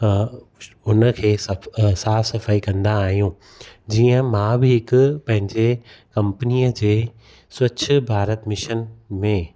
हुनखे सफ़ साफ़ु सफ़ाई कंदा आहियूं जीअं मां बि हिकु पंहिंजे कंपनीअ जे स्वच्छ भारत मिशन में